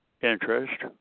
interest